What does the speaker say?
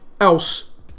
else